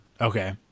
okay